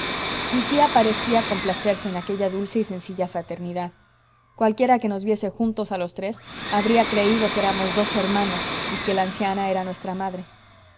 mi tía parecía complacerse en aquella dulce y sencilla fraternidad cualquiera que nos viese juntos a los tres habría creído que éramos dos hermanos y que la anciana era nuestra madre